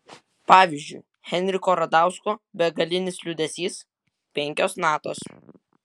pavyzdžiui henriko radausko begalinis liūdesys penkios natos